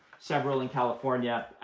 several in california,